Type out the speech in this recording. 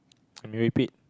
repeat